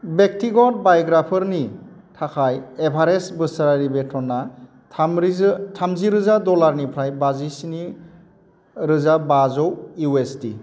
व्य'क्तिगत बायग्राफोरनि थाखाय एभारेज बोसोरारि बेथनआ थामजि रोजा दलारनिफ्राय बाजिस्नि रोजा बाजौ इउ एस दि